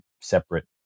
separate